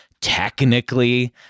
technically